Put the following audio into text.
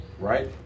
Right